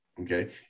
Okay